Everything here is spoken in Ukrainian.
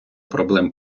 проблем